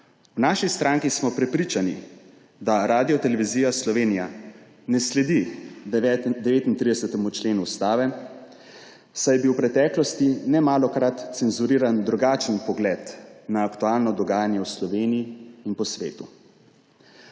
V naši stranki smo prepričani, da Radiotelevizija Slovenija ne sledi 39. členu Ustave, saj je bil v preteklosti nemalokrat cenzuriran drugačen pogled na aktualno dogajanje v Sloveniji in po svetu.